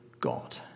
God